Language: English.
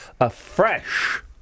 afresh